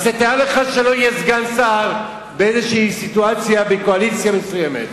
אז תאר לך שלא יהיה סגן שר באיזו סיטואציה בקואליציה מסוימת,